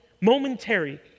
momentary